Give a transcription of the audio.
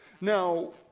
Now